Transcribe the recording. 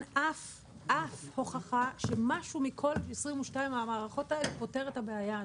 אין אף הוכחה שמשהו מכל 22 המערכות האלה פותר את הבעיה הזאת.